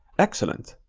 excellent.